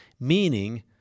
meaning